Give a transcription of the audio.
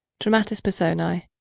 dramatis personae.